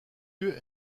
lieu